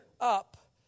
up